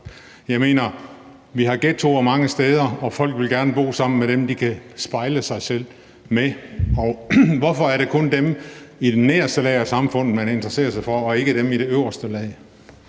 Jeg mener, vi har ghettoer mange steder, og folk vil gerne bo sammen med dem, de kan spejle sig selv i. Hvorfor er det kun dem i det nederste lag af samfundet, man interesserer sig for, og ikke dem i det øverste lag?